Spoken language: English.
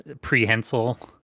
prehensile